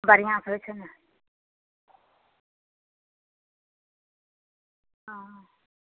बढ़िआँसे होइ छौ ने हँ